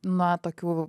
na tokių